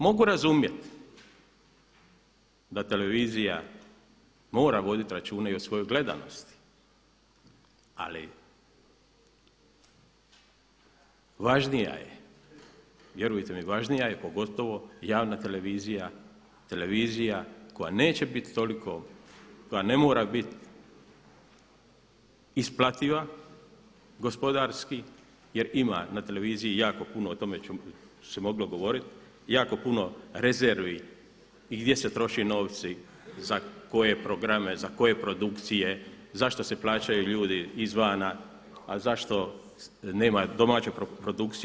Mogu razumjeti da televizija mora voditi računa i o svojoj gledanosti ali važnija je, vjerujte mi važnija je pogotovo javna televizija, televizija koja neće biti toliko, koja ne mora bit isplativa gospodarski jer ima na televiziji jako puno o tome se moglo govoriti, jako puno rezervi i gdje se troše novci, za koje programe, za koje produkcije, zašto se plaćaju ljudi izvana a zašto nema domaće produkcije?